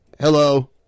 Hello